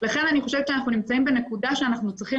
לכן אני חושבת שאנחנו נמצאים בנקודה שאנחנו צריכים